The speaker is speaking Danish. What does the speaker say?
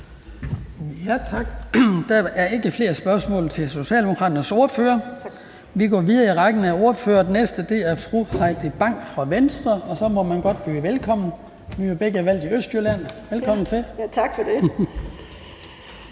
Tak. Der er ikke flere spørgsmål til Socialdemokraternes ordfører. Vi går videre i rækken af ordførere, og den næste er fru Heidi Bank fra Venstre, og så må man godt byde velkommen, vi er jo begge valgt i Østjylland. Velkommen til. Kl.